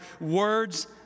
Words